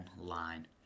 online